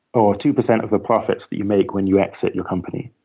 or two percent of the profits that you make when you exit your company.